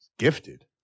Gifted